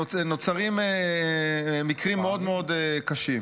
נוצרים מקרים מאוד מאוד קשים.